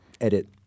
edit